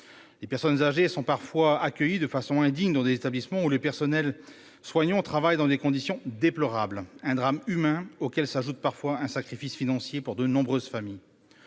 Les personnes âgées sont parfois accueillies de façon indigne dans des établissements où les personnels soignants travaillent dans des conditions déplorables- un drame humain auquel s'ajoute parfois un sacrifice financier pour de nombreuses familles.